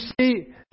see